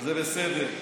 זה בסדר.